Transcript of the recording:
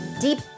deep